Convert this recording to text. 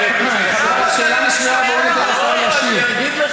את סמוטריץ אנחנו מבינים, סמוטריץ אומר את דעתו.